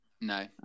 No